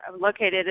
located